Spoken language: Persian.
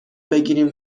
بگیریم